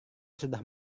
sudah